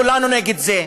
כולנו נגד זה.